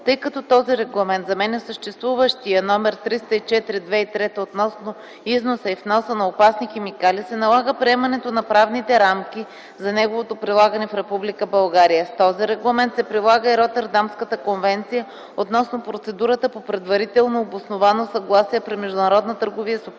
Тъй като този Регламент заменя съществуващия № 304/2003 относно износа и вноса на опасни химикали се налага приемането на правните рамки за неговото прилагане в Република България. С този регламент се прилага и Ротердамската конвенция относно процедурата по предварително обосновано съгласие при